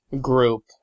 group